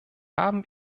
haben